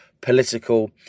political